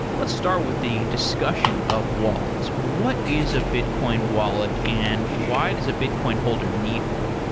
let's start with the discussion of wallets. what is a bitcoin wallet and why does a bitcoin holder need one?